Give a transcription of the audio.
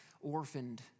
orphaned